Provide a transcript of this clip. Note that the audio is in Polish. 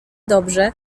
dobrze